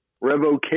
revocation